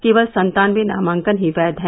केवल सन्तानवे नामांकन ही वैघ हैं